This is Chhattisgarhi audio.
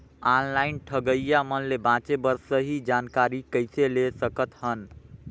ऑनलाइन ठगईया मन ले बांचें बर सही जानकारी कइसे ले सकत हन?